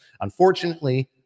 Unfortunately